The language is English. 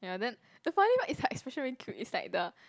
ya then the funny part is her expression very cute is like the